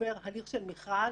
עובר הליך של מכרז,